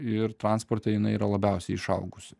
ir transporte jinai yra labiausiai išaugusi